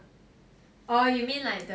orh you mean like the